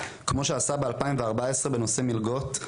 כמו שעשה ב- 2014 בנושא מלגות,